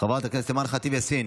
חברת הכנסת אימאן ח'טיב יאסין